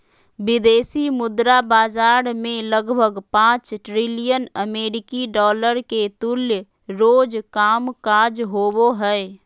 विदेशी मुद्रा बाजार मे लगभग पांच ट्रिलियन अमेरिकी डॉलर के तुल्य रोज कामकाज होवो हय